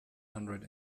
hundred